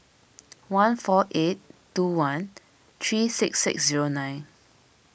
one four eight two one three six six zero nine